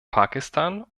pakistan